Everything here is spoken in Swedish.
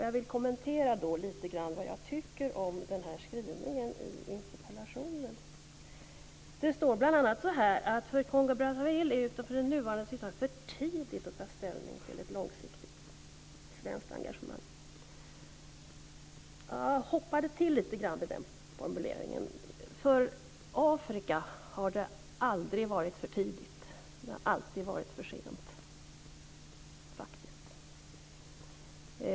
Jag vill alltså kommentera denna skrivning i interpellationen något. Där står bl.a. så här: "För Kongo-Brazzaville är det utifrån den nuvarande situationen för tidigt att ta ställning till långsiktigt svenskt engagemang". Jag hoppade till lite grann vid den formuleringen. För Afrika har det aldrig varit för tidigt. Det har alltid varit för sent.